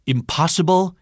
Impossible